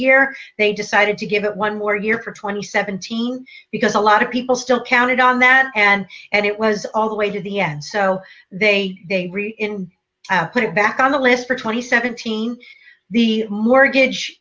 year they decided to give it one more year for twenty seventeen because a lot of people still counted on that and it was all the way to the end so they put it back on the list for twenty seventeen the mortgage